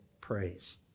praise